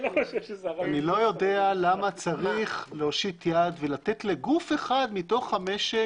למה צריך להושיט יד ולתת לגוף אחד מתוך המשק